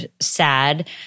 sad